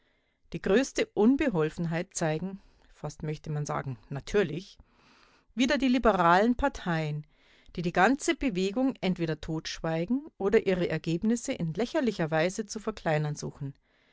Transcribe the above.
die größte unbeholfenheit zeigen fast möchte man sagen natürlich wieder die liberalen parteien die die ganze bewegung entweder totschweigen oder ihre ergebnisse in lächerlicher weise zu verkleinern suchen